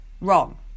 wrong